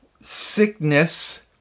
sickness